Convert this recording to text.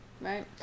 Right